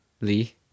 Lee